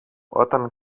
όταν